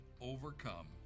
overcome